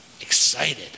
excited